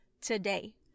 today